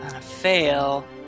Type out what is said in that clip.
fail